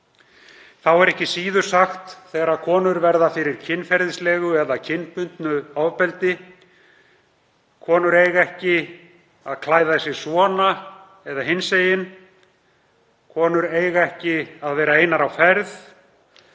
Þá er ekki síður sagt þegar konur verða fyrir kynferðislegu eða kynbundnu ofbeldi: Konur eiga ekki að klæða sig svona eða hinsegin, konur eiga ekki að vera einar á ferð,